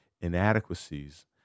inadequacies